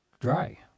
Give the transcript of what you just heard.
dry